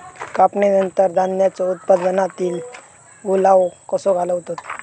कापणीनंतर धान्यांचो उत्पादनातील ओलावो कसो घालवतत?